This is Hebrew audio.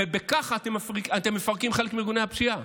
ובכך אתם מפרקים חלק מארגוני הפשיעה.